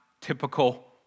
typical